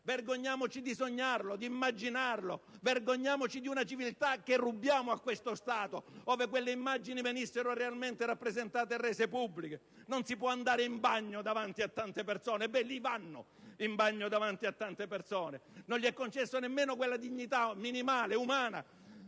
Vergogniamoci di sognarlo, di immaginarlo, vergogniamoci di una civiltà che rubiamo a questo Stato, ove quelle immagini venissero realmente rese pubbliche. Non si può andare in bagno davanti a tante persone: ebbene, lì vanno in bagno davanti a tante persone, non è concessa loro nemmeno quella dignità minima ed umana